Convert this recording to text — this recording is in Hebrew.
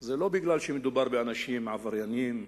זה לא בגלל שמדובר באנשים עבריינים,